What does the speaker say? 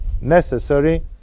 necessary